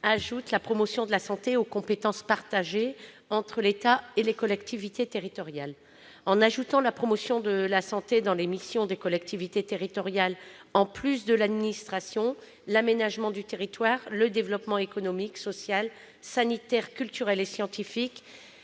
ajoute la « promotion de la santé » aux compétences partagées entre l'État et les collectivités territoriales. En ajoutant la promotion de la santé aux missions des collectivités territoriales, en plus de l'administration, de l'aménagement du territoire, du développement économique, social, sanitaire, culturel et scientifique,